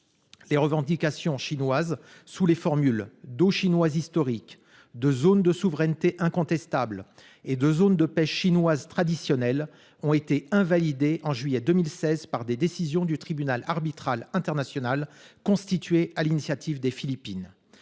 Les revendications chinoises sous les formules d'« eaux chinoises historiques », de « zones de souveraineté incontestable » et de « zones de pêche chinoise traditionnelles » ont été invalidées en juillet 2016 par des décisions du tribunal arbitral international constitué sur l'initiative des Philippines.